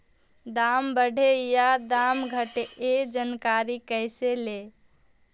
दाम बढ़े या दाम घटे ए जानकारी कैसे ले?